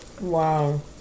Wow